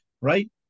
right